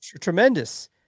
tremendous